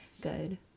good